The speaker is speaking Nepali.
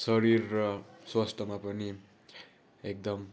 शरीर र स्वास्थ्यमा पनि एकदम